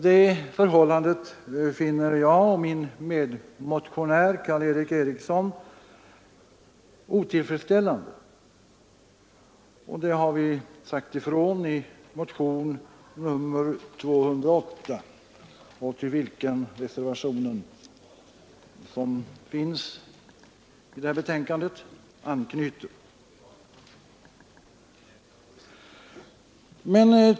Det förhållandet finner jag och min medmotionär Karl Erik Eriksson otillfredsställande, och det har vi sagt ifrån i motionen 208, till vilken reservationen vid betänkandet anknyter.